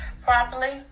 Properly